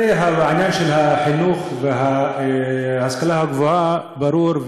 הרי עניין החינוך וההשכלה הגבוהה ברור,